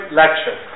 lecture